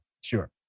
Sure